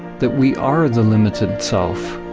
that we are the limited self,